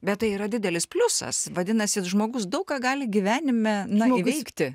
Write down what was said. bet tai yra didelis pliusas vadinasi žmogus daug ką gali gyvenime na įveikti